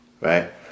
Right